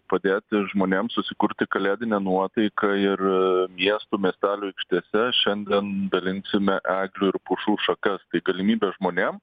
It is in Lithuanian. padėti žmonėm susikurti kalėdinę nuotaiką ir ee miestų miestelių aikštėse šiandien dalinsime eglių ir pušų šakas tai galimybė žmonėm